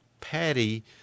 Patty